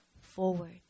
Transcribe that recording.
forward